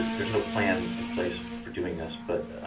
there's no plan in place for doing this. but